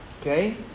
okay